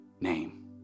name